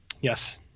Yes